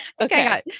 okay